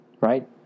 Right